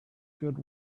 good